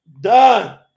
done